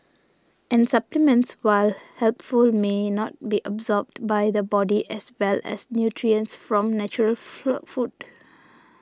and supplements while helpful may not be absorbed by the body as well as nutrients from natural food